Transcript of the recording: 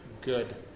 good